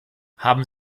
haben